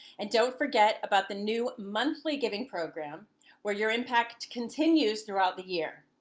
and don't forget about the new monthly giving program where your impact continues throughout the year!